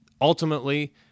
Ultimately